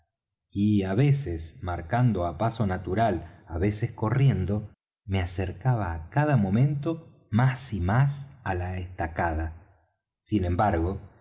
y á veces marcando á paso natural á veces corriendo me acercaba á cada momento más y más á la estacada sin embargo